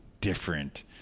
different